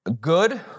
good